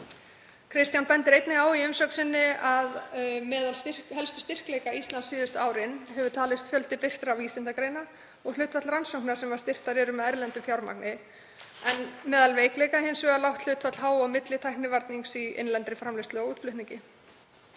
Kristján bendir einnig á að meðal helstu styrkleika Íslands síðustu árin hefur talist fjöldi birtra vísindagreina og hlutfall rannsókna sem styrktar eru með erlendu fjármagni, en meðal veikleika hefur hins vegar verið lágt hlutfall há- og millitæknivarnings í innlendri framleiðslu og útflutningi.